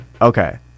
Okay